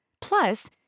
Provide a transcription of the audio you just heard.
Plus